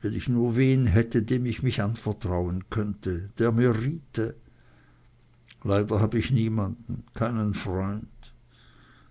wenn ich nur wen hätte dem ich mich anvertrauen könnte der mir riete leider hab ich niemanden keinen freund